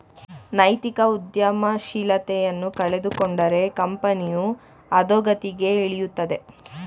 ನೈತಿಕ ಉದ್ಯಮಶೀಲತೆಯನ್ನು ಕಳೆದುಕೊಂಡರೆ ಕಂಪನಿಯು ಅದೋಗತಿಗೆ ಇಳಿಯುತ್ತದೆ